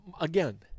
Again